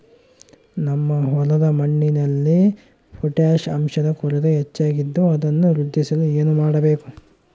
ನಮ್ಮ ಹೊಲದ ಮಣ್ಣಿನಲ್ಲಿ ಪೊಟ್ಯಾಷ್ ಅಂಶದ ಕೊರತೆ ಹೆಚ್ಚಾಗಿದ್ದು ಅದನ್ನು ವೃದ್ಧಿಸಲು ಏನು ಮಾಡಬೇಕು?